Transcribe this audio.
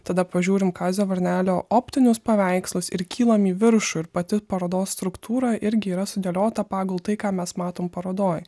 tada pažiūrim kazio varnelio optinius paveikslus ir kylam į viršų ir pati parodos struktūra irgi yra sudėliota pagal tai ką mes matom parodoj